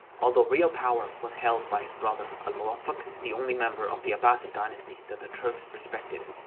although, real power was held by his brother al-muwaffak, the only member of the abbasid dynasty that the turks respected.